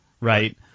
Right